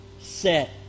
set